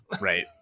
Right